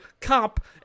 cop